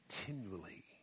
continually